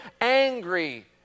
angry